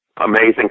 amazing